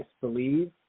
believe